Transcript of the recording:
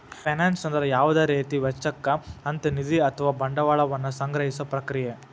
finance ಅಂದ್ರ ಯಾವುದ ರೇತಿ ವೆಚ್ಚಕ್ಕ ಅಂತ್ ನಿಧಿ ಅಥವಾ ಬಂಡವಾಳ ವನ್ನ ಸಂಗ್ರಹಿಸೊ ಪ್ರಕ್ರಿಯೆ